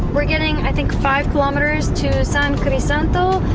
we're getting, i think five kilometers to san crisanto,